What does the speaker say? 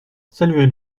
saluez